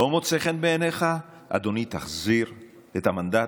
לא מוצא חן בעיניך, אדוני, תחזיר את המנדט.